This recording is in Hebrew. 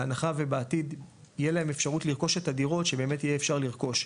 בהנחה ובעתיד יהיה להם אפשרות לרכוש את הדירות שבאמת אפשר יהיה לרכוש,